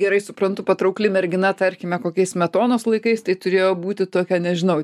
gerai suprantu patraukli mergina tarkime kokiais smetonos laikais tai turėjo būti tokia nežinau